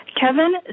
Kevin